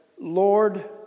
Lord